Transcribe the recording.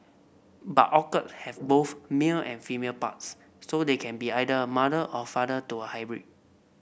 but orchid have both male and female parts so they can be either mother or father to a hybrid